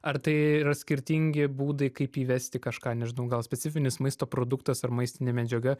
ar tai yra skirtingi būdai kaip įvesti kažką nežinau gal specifinis maisto produktas ar maistinė medžiaga